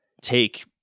take